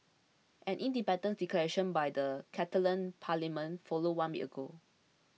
an independence declaration by the Catalan parliament followed one week ago